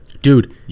Dude